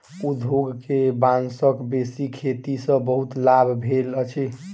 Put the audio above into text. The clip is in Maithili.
उद्योग के बांसक बेसी खेती सॅ बहुत लाभ भेल अछि